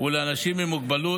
ולאנשים עם מוגבלות,